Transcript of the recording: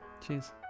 Cheers